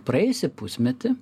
praėjusį pusmetį